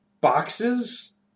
boxes